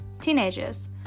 teenagers